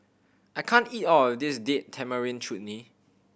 I can't eat all of this Date Tamarind Chutney